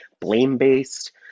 blame-based